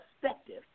perspective